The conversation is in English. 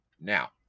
Now